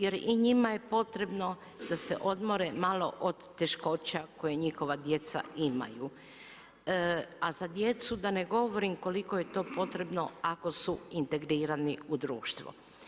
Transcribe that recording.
Jer i njima je potrebno da se odmore malo od teškoća koje njihova djeca imaju, a za djecu da ne govorim koliko je to potrebno ako su integrirani u društvo.